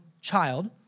child